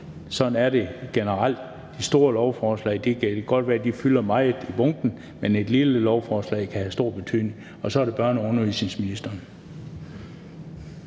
Sådan er det generelt. Det kan godt være, at de store lovforslag fylder meget i bunken, men et lille lovforslag kan have stor betydning. Så er det børne- og undervisningsministeren.